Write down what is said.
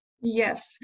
yes